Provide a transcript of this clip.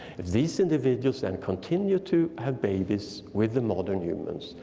if these individuals then continue to have babies with the modern humans,